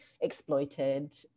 exploited